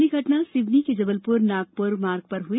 पहली घटना सिवनी के जबलपुर नागपुर मार्ग पर हुई